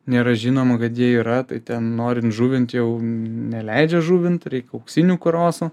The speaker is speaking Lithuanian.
nėra žinoma kad jie yra tai ten norint žuvint jau neleidžia žuvint reik auksinių karosų